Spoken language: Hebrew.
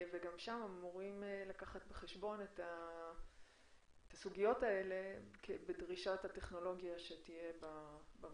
וגם שם אמורים לקחת בחשבון את הסוגיות האלה בדרישת הטכנולוגיה שתהיה בו.